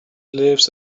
lives